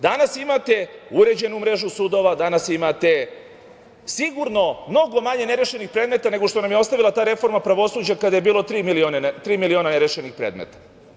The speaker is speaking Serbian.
Danas imate uređenu mrežu sudova, danas imate sigurno mnogo manje nerešenih predmeta nego što nam je ostavila ta reforma pravosuđa kada je bilo tri miliona nerešenih predmeta.